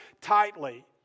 tightly